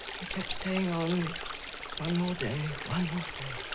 i kept staying on one more day one more day.